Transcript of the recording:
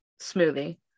Smoothie